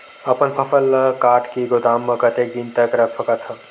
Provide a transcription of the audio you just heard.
अपन फसल ल काट के गोदाम म कतेक दिन तक रख सकथव?